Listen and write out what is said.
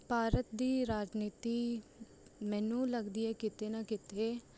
ਭਾਰਤ ਦੀ ਰਾਜਨੀਤੀ ਮੈਨੂੰ ਲੱਗਦੀ ਹੈ ਕਿਤੇ ਨਾ ਕਿਤੇ